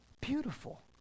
Beautiful